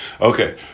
Okay